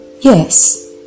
Yes